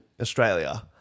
Australia